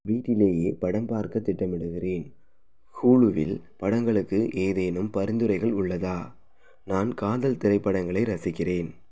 வீட்டிலேயே படம் பார்க்கத் திட்டமிடுகிறேன் ஹுலுவில் படங்களுக்கு ஏதேனும் பரிந்துரைகள் உள்ளதா நான் காதல் திரைப்படங்களை ரசிக்கிறேன்